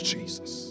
Jesus